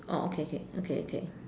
oh okay okay okay okay